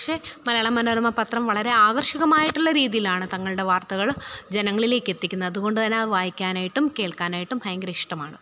പക്ഷേ മലയാള മനോരമ പത്രം വളരെ ആകർഷകമായിട്ടുള്ള രീതിയിലാണ് തങ്ങളുടെ വാർത്തകള് ജനങ്ങളിലേക്കെത്തിക്കുന്നത് അതുകൊണ്ട് തന്നെ വായിക്കാനായിട്ടും കേൾക്കാനായിട്ടും ഭയങ്കര ഇഷ്ടമാണ്